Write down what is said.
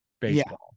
baseball